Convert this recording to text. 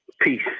Peace